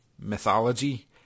mythology